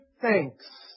Thanks